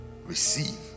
receive